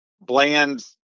Bland's